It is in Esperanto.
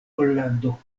pollando